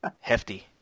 hefty